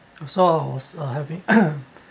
so I was uh having